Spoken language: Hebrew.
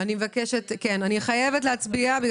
אני חייבת להצביע.